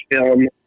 film